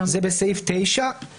זה בעמוד 9,